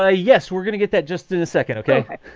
ah yes. we're gonna get that just in a second. ok,